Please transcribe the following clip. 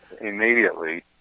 immediately